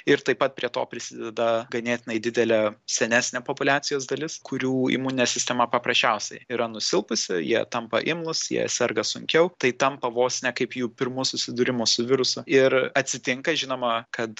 ir taip pat prie to prisideda ganėtinai didelė senesnė populiacijos dalis kurių imuninė sistema paprasčiausiai yra nusilpusi jie tampa imlūs jie serga sunkiau tai tampa vos ne kaip jų pirmu susidūrimu su virusu ir atsitinka žinoma kad